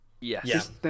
Yes